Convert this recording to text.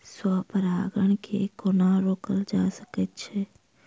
स्व परागण केँ कोना रोकल जा सकैत अछि?